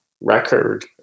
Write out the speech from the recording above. record